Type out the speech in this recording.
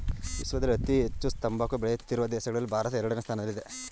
ವಿಶ್ವದಲ್ಲಿ ಅತಿ ಹೆಚ್ಚು ತಂಬಾಕು ಬೆಳೆಯುತ್ತಿರುವ ದೇಶಗಳಲ್ಲಿ ಭಾರತ ಎರಡನೇ ಸ್ಥಾನದಲ್ಲಿದೆ